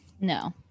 no